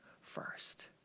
first